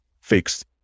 fixed